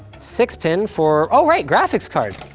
six pin for, oh, right, graphics card.